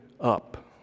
up